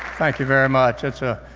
thank you very much. it's a